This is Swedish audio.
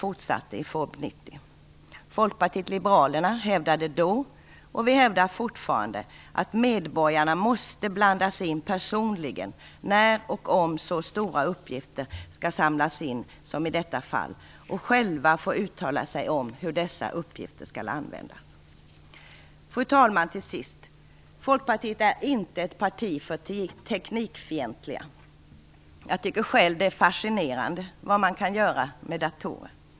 Då tillsattes först Folkpartiet liberalerna hävdade då, och vi hävdar fortfarande, att medborgarna personligen måste blandas in när och om så stora uppgifter som det i detta fall är fråga om skall samlas in. De bör själva få uttala sig om hur dessa uppgifter skall användas. Fru talman! Folkpartiet är inte ett parti för teknikfientliga. Jag tycker själv att det är fascinerande vad man kan göra med datorer.